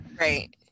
Right